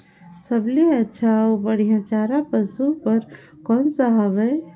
सबले अच्छा अउ बढ़िया चारा पशु बर कोन सा हवय?